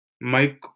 Mike